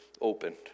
opened